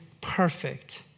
perfect